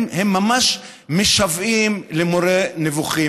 הם ממש משוועים למורה נבוכים.